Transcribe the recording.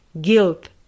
guilt